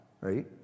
right